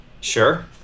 Sure